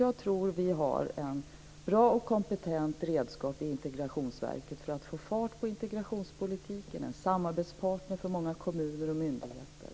Jag tror därför att vi har ett bra och kompetent redskap i Integrationsverket för att få fart på integrationspolitiken, en samarbetspartner för många kommuner och myndigheter.